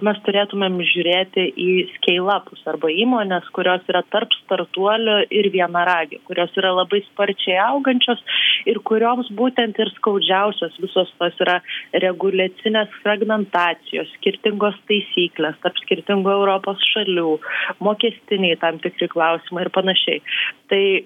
mes turėtumėm žiūrėti į skeilapus arba įmones kurios yra tarp startuolio ir vienaragio kurios yra labai sparčiai augančios ir kurioms būtent ir skaudžiausios visos tos yra reguliacinės segmentacijos skirtingos taisyklės tarp skirtingų europos šalių apmokestiniai tam tikri klausimai ir panašiai tai